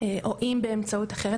או אם באמצעות אחרת,